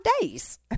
days